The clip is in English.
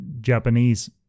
Japanese